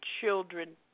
children